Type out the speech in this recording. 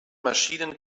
maschinen